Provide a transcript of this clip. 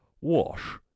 Wash